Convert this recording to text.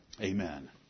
Amen